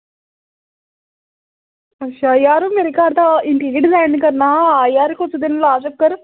ओह् यार मेरे घर दा इंटीरियर डिजाईन करना हा कुसै दिन ला चक्कर